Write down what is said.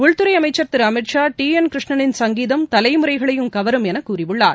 உள்துறை திரு Amit Shah T N கிருஷ்ணனின் சங்கீதம் தலைமுறைகளையும் கவரும் என கூறியுள்ளார்